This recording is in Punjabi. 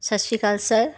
ਸਤਿ ਸ਼੍ਰੀ ਅਕਾਲ ਸਰ